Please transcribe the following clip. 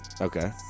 Okay